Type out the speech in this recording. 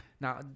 Now